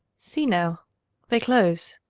see now they close.